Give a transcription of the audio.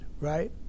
right